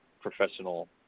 professional